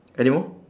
anymore